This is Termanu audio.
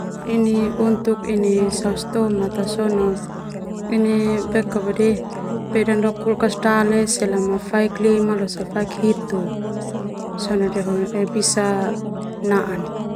Saos tomat peda lo kulkas dale selama faik lima losa faik hitu, sona bisa naan.